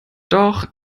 doch